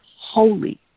holy